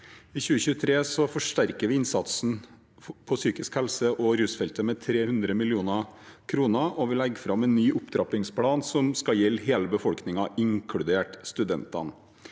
I 2023 forsterker vi innsatsen på psykisk helse og rusfeltet med 300 mill. kr, og vi legger fram en ny opptrappingsplan som skal gjelde hele befolkningen, inkludert studentene.